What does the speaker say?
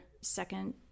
second